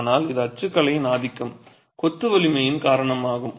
ஆனால் இது அச்சுக்கலையின் ஆதிக்கம் கொத்து வலிமையின் காரணமாகும்